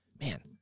Man